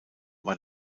war